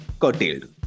curtailed